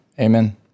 Amen